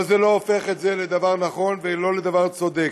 אבל זה לא הופך את זה לדבר נכון ולא לדבר צודק.